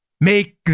Make